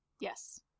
Yes